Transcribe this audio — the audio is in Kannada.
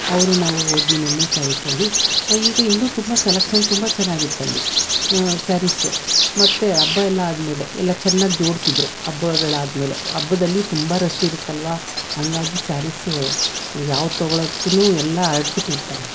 ಅವರು ನಾವು ಹೋದ್ವಿ ನಲ್ಲಿ ಸ್ಯಾರಿಸಲ್ಲಿ ಈಗ ಇನ್ನೂ ತುಂಬ ಸೆಲೆಕ್ಷನ್ ತುಂಬ ಚೆನ್ನಾಗಿತ್ತಲ್ಲಿ ಸ್ಯಾರಿಸು ಮತ್ತೆ ಹಬ್ಬ ಎಲ್ಲ ಆದಮೇಲೆ ಎಲ್ಲ ಚೆನ್ನಾಗಿ ಜೋಡಿಸಿದ್ರು ಹಬ್ಬಗಳು ಆದಮೇಲೆ ಹಬ್ಬದಲ್ಲಿ ತುಂಬ ರಶ್ ಇರುತ್ತೆಲ್ವ ಹಂಗಾಗಿ ಸ್ಯಾರಿಸ್ಸು ಯಾವ್ದು ತೊಗೊಳೊದ್ಕುನೂ ಎಲ್ಲ ಹರಟ್ಬಿಟ್ಟಿರ್ತಾರೆ